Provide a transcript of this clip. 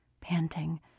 panting